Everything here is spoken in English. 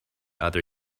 other